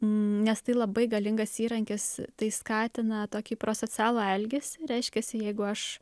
nes tai labai galingas įrankis tai skatina tokį prosocialų elgesį reiškiasi jeigu aš